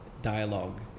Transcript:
Dialogue